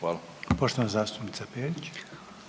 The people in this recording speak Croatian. Hvala. **Reiner, Željko